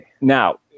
now